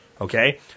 Okay